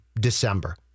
December